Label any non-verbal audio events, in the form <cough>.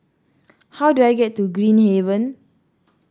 how do I get to Green Haven <noise>